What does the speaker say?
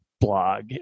blog